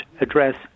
address